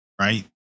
right